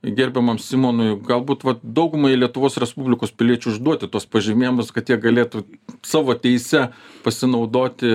gerbiamam simonui galbūt vat daugumai lietuvos respublikos piliečių išduoti tuos pažymėjimus kad jie galėtų savo teise pasinaudoti